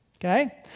Okay